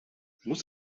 muss